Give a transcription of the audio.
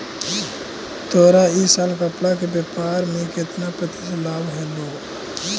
तोरा इ साल कपड़ा के व्यापार में केतना प्रतिशत लाभ होलो?